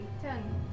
ten